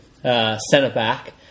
centre-back